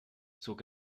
zog